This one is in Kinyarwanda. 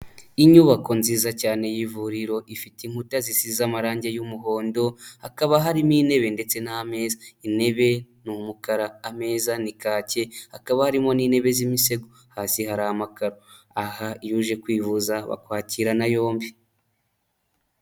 Inyubako nziza cyane y'ivuriro ifite inkuta zisize amarange y'umuhondo, hakaba harimo intebe ndetse n'ameza, intebe ni umukara, ameza ni kake, hakaba harimo n'intebe z'imitego, hasi hari amakaro, aha iyo uje kwivuza bakwakira na yombi.